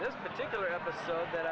this particular episode that